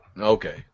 Okay